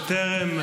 בטרם,